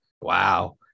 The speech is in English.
wow